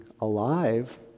alive